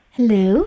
Hello